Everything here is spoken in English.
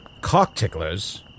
Cocktickler's